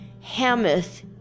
Hamath